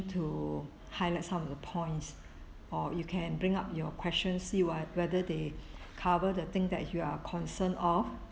to highlight some of the points or you can bring up your questions see what whether they cover the thing that you are concerned of